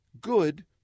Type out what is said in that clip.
good